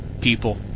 people